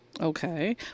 Okay